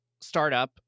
startup